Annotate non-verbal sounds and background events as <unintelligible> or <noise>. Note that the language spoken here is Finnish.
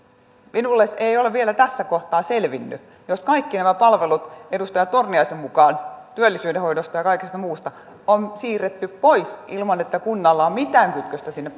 minulle se ei ole vielä tässä kohtaa selvinnyt jos kaikki nämä palvelut edustaja torniaisen mukaan työllisyyden hoidosta ja kaikesta muusta on siirretty pois ilman että kunnalla on mitään kytköstä sinne <unintelligible>